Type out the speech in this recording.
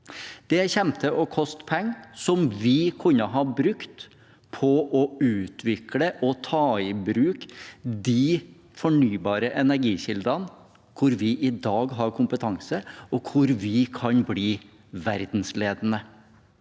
Det kommer til å koste penger som vi kunne ha brukt på å utvikle og ta i bruk de fornybare energikildene der vi i dag har kompetanse, og der vi kan bli verdensledende.